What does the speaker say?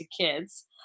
kids